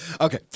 Okay